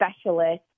specialist